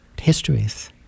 histories